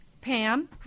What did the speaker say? Pam